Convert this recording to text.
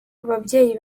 babyeyi